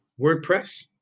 WordPress